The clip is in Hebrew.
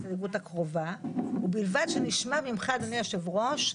בהתיישבות הצעירה ביהודה ושומרון יחוברו לחשמל.